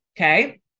Okay